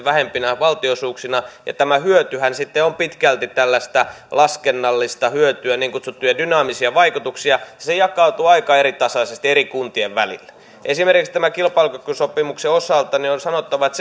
vähempinä valtionosuuksina ja tämä hyötyhän sitten on pitkälti tällaista laskennallista hyötyä niin kutsuttuja dynaamisia vaikutuksia ja se jakautuu aika eritasaisesti eri kuntien välillä esimerkiksi tämän kilpailukykysopimuksen osalta on sanottava että